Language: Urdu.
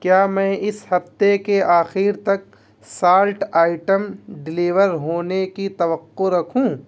کیا میں اس ہفتے کے آخر تک سالٹ آئٹم ڈیلیور ہونے کی توقع رکھوں